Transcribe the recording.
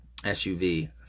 SUV